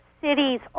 cities